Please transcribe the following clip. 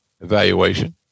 evaluation